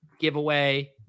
giveaway